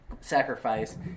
sacrifice